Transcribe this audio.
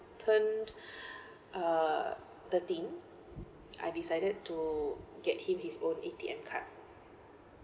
turned uh thirteen I decided to get him his own A_T_M card